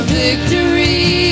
victory